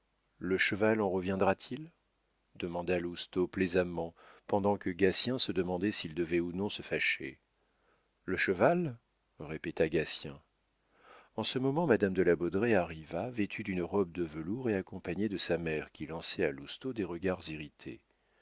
le cheval en reviendra t il demanda lousteau plaisamment pendant que gatien se demandait s'il devait ou non se fâcher le cheval répéta gatien en ce moment madame de la baudraye arriva vêtue d'une robe de velours et accompagnée de sa mère qui lançait à lousteau des regards irrités